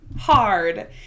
hard